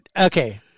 okay